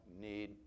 need